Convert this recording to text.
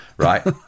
Right